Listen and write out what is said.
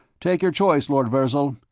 take your choice, lord virzal.